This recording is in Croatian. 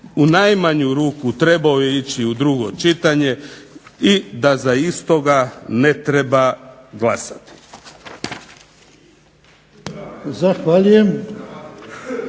u najmanju ruku trebao je ići u drugo čitanje i da za istoga ne treba glasati.